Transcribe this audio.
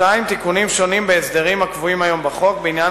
2. תיקונים שונים בהסדרים הקבועים היום בחוק בעניין